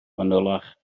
fanylach